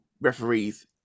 referees